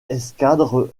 escadre